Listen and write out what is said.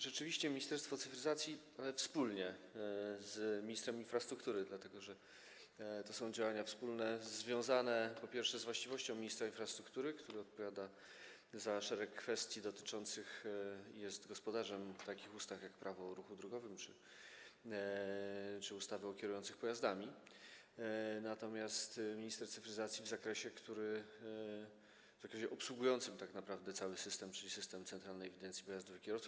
Rzeczywiście Ministerstwo Cyfryzacji wspólnie z ministrem infrastruktury, dlatego że to są działania wspólne związane, po pierwsze, z właściwością ministra infrastruktury, który odpowiada za szereg kwestii, jest gospodarzem takich ustaw jak Prawo o ruchu drogowym czy ustawa o kierujących pojazdami, natomiast minister cyfryzacji w zakresie związanym z obsługiwaniem tak naprawdę całego systemu, czyli systemu Centralnej Ewidencji Pojazdów i Kierowców.